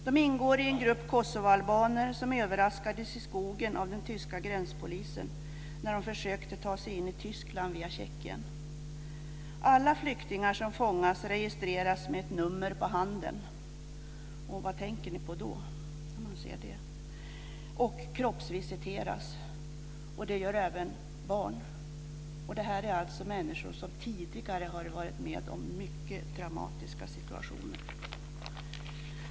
De ingår i en grupp av kosovoalbaner som överraskats i skogen av den tyska gränspolisen när de försökte ta sig in i Tyskland via Tjeckien. Alla flyktingar som fångas registreras med ett nummer på handen. Vad tänker man på när man får veta det? Dessutom kroppsvisiteras de, och det gäller även barn. Det är fråga om människor som tidigare har varit med om mycket dramatiska situationer.